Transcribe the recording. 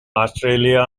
australia